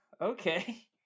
okay